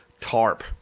Tarp